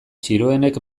txiroenek